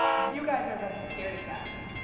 you guys are a bunch of scaredy cats,